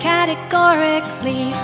Categorically